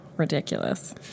ridiculous